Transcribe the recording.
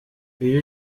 iyo